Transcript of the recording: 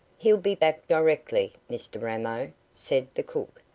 he'll be back directly, mr ramo, said the cook.